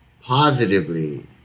positively